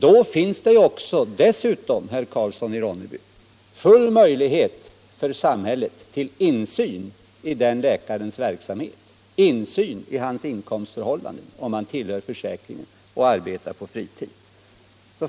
Då finns det dessutom, herr Karlsson i Ronneby, full möjlighet för samhället till insyn i den läkarens verksamhet när han arbetar på sin fritid, dvs. man får insyn i hans inkomstförhållanden om han tillhör försäkringen.